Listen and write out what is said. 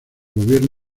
gobierno